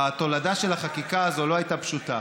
שההולדה של החקיקה הזאת לא הייתה פשוטה.